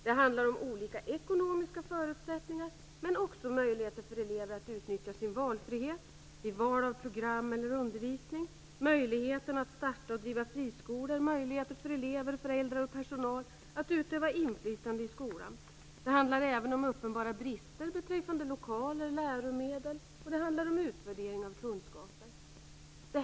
Det handlar om olika ekonomiska förutsättningar, men också möjligheter för elever att utnyttja sin valfrihet vid val av program eller undervisning, möjligheten att starta och driva friskolor och möjligheter för elever, föräldrar och personal att utöva inflytande i skolan. Det handlar även om uppenbara brister beträffande lokaler och läromedel, och det handlar om utvärdering av kunskaper.